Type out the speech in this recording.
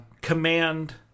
command